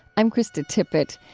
i'm krista tippett.